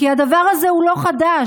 כי הדבר הזה הוא לא חדש.